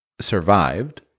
survived